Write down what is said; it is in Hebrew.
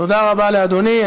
תודה רבה לאדוני.